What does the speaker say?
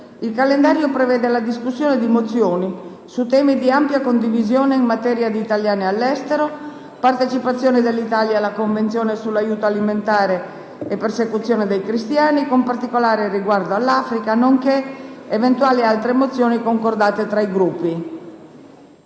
il calendario prevede la discussione di mozioni su temi di ampia condivisione in materia di italiani all'estero, partecipazione dell'Italia alla Convenzione sull'aiuto alimentare e persecuzione dei cristiani, con particolare riguardo all'Africa, nonché di eventuali altre mozioni concordate tra i Gruppi.